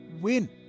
win